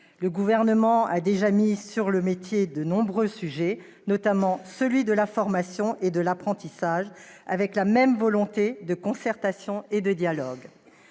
Le Gouvernement a déjà mis sur le métier de nombreux sujets, notamment celui de la formation et de l'apprentissage, avec la même volonté de concertation et de dialogue.